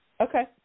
Okay